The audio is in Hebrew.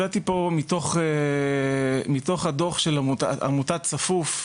הבאתי פה מתוך הדוח של עמותת "צפוף",